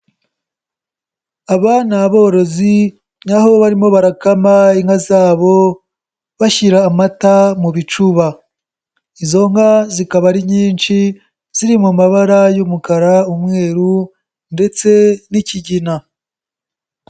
Aba ni aborozi ni aho barimo barakama inka zabo bashyira amata mu bicuba, izo nka zikaba ari nyinshi ziri mu mabara y'umukara, umweru ndetse n'ikigina.